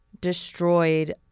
destroyed